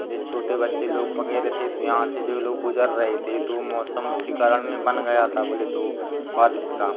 अब जैसे छोटे बच्चे वग़ैरह थे तो यहाँ से जो लोग गुज़र रहे थे तो मौसम उसी कारण में बन गया था बोले तो बारिश का